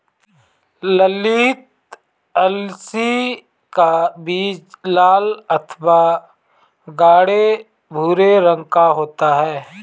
ललीत अलसी का बीज लाल अथवा गाढ़े भूरे रंग का होता है